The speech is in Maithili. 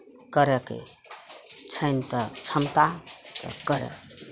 करैके छनि तऽ क्षमता तऽ करै